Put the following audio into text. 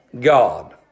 God